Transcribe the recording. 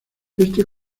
este